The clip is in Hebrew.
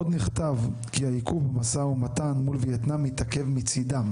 עוד נכתב כי עיכוב במשא ומתן מול וייטנאם מתעכב מצידם.